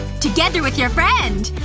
together with your friend!